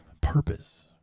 purpose